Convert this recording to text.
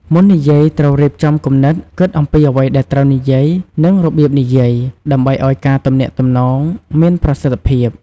មុននិយាយ ត្រូវរៀបចំគំនិត គិតអំពីអ្វីដែលត្រូវនិយាយ និងរបៀបនិយាយ ដើម្បីឱ្យការទំនាក់ទំនងមានប្រសិទ្ធភាព។